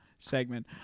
segment